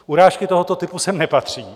Urážky tohoto typu sem nepatří.